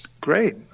Great